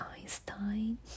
Einstein